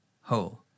whole